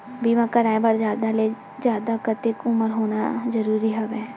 बीमा कराय बर जादा ले जादा कतेक उमर होना जरूरी हवय?